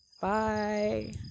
bye